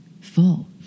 full